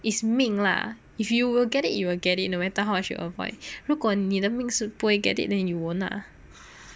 is 命 lah if you will get it you will get it no matter how much you avoid 如果你的命是不会 get it then you won't lah